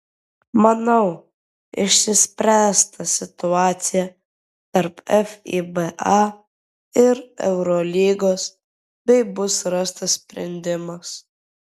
manau išsispręs ta situacija tarp fiba ir eurolygos bei bus rastas sprendimas